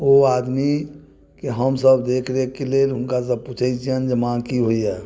ओ आदमीके हमसब देख रेखके लेल हुनकासँ पूछै छियनि जे माँ की होइए